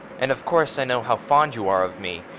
and, of course, i know how fond you are of me,